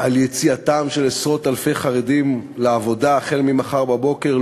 על יציאתם של עשרות אלפי חרדים לעבודה החל ממחר בבוקר,